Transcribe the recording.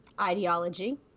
ideology